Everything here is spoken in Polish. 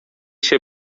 się